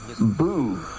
boo